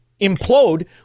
implode